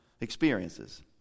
experiences